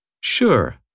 Sure